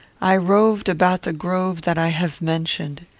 i roved about the grove that i have mentioned.